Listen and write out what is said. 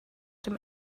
dem